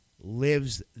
lives